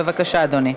בבקשה, אדוני.